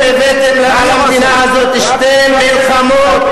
הבאתם על המדינה הזאת שתי מלחמות,